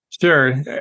Sure